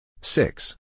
Six